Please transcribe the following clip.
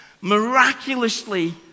Miraculously